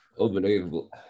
Unbelievable